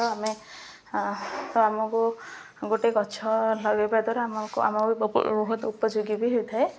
ତ ଆମେ ତ ଆମକୁ ଗୋଟେ ଗଛ ଲଗେଇବା ଦ୍ୱାରା ଆମକୁ ଆମ ବି ବହୁତ ଉପଯୋଗୀ ବି ହୋଇଥାଏ